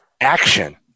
action